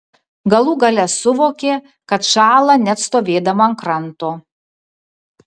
galų gale suvokė kad šąla net stovėdama ant kranto